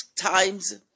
times